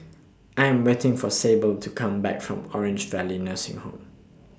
I Am waiting For Sable to Come Back from Orange Valley Nursing Home